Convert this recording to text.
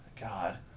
God